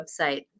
website